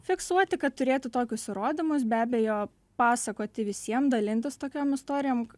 fiksuoti kad turėtų tokius įrodymus be abejo pasakoti visiem dalintis tokiom istorijom